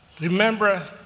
remember